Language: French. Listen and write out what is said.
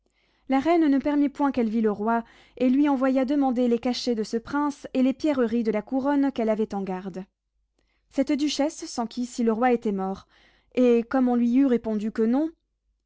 la reine ne permit point qu'elle vît le roi et lui envoya demander les cachets de ce prince et les pierreries de la couronne qu'elle avait en garde cette duchesse s'enquit si le roi était mort et comme on lui eut répondu que non